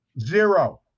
zero